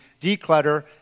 declutter